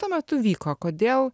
tuo metu vyko kodėl